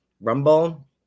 Rumble